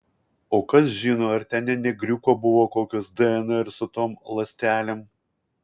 o kas žino ar ten ne negriuko buvo kokios dnr su tom ląstelėm